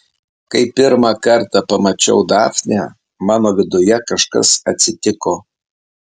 kai pirmą kartą pamačiau dafnę mano viduje kažkas atsitiko